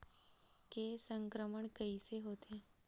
के संक्रमण कइसे होथे?